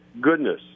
goodness